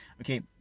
Okay